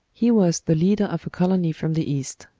he was the leader of a colony from the east.